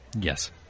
Yes